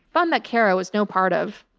fun that kara was no part of.